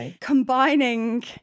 combining